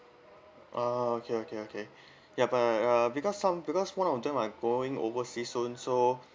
oh okay okay okay ya but uh because some because one of them are going overseas soon so